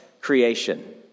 creation